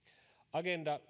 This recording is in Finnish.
agenda